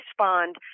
respond